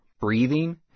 breathing